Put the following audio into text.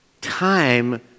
time